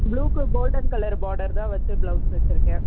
ப்ளூவுக்கு golden colour border தான் வைச்ச blouse தைச்சிருக்கேன்